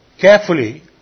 carefully